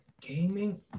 Gaming